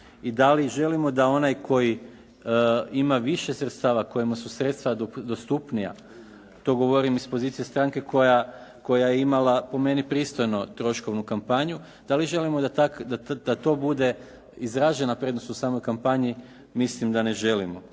i da li želimo da onaj koji više sredstava, kojemu su sredstva dostupnija, to govorim iz pozicije stranke koja je imala po meni pristojnu troškovnu kampanju. Da li želimo da to bude izražena prednost u samoj kampanji, mislim da ne želimo.